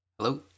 Hello